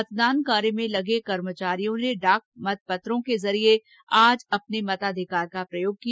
मतदान कार्य में लगे कर्मचारियों ने डाक मत पत्रों के जरिये आज ही अपने मताधिकार का प्रयोग किया